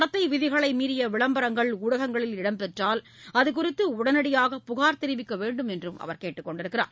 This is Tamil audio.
நடத்தை விதிகளை மீறிய விளம்பரங்கள் ஊடகங்களில் இடம் பெற்றால் அது குறித்து உடனடியாக புகார் தெரிவிக்கவேண்டுமென்றும் அவர் கேட்டுக் கொண்டுள்ளார்